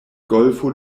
golfo